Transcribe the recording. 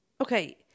Okay